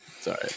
sorry